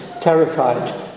terrified